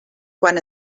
quan